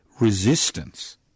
resistance